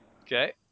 Okay